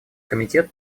комитет